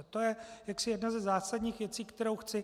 To je jedna ze zásadních věcí, kterou chci.